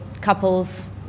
couples